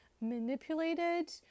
manipulated